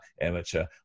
amateur